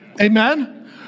amen